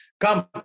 come